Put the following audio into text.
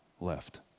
left